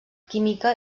química